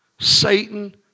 Satan